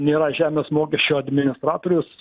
nėra žemės mokesčio administratorius